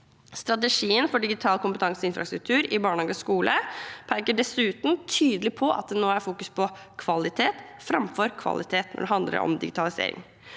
Strategien for digital kompetanse og infrastruktur i barnehage og skole peker dessuten tydelig på at det nå fokuseres på kvalitet framfor kvantitet når det handler om digitalisering.